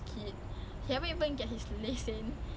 oh really